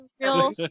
real